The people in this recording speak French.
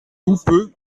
houppeux